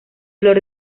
flor